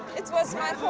it was my